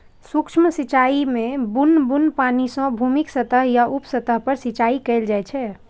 सूक्ष्म सिंचाइ मे बुन्न बुन्न पानि सं भूमिक सतह या उप सतह पर सिंचाइ कैल जाइ छै